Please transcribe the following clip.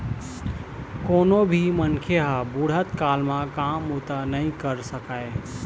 कोनो भी मनखे ह बुढ़त काल म काम बूता नइ कर सकय